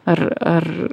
ar ar